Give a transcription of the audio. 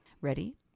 Ready